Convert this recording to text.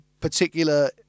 particular